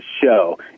show